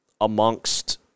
amongst